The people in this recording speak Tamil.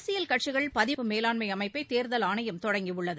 அரசியல் கட்சிகள் பதிவு மேலாண்மை அமைப்பை தேர்தல் ஆணையம் தொடங்கியுள்ளது